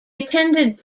attended